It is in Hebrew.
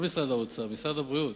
לא למשרד האוצר, למשרד הבריאות,